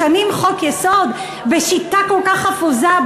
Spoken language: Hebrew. משנים חוק-יסוד בשיטה כל כך חפוזה,